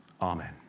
Amen